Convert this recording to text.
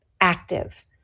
active